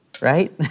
right